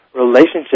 relationship